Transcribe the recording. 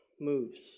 moves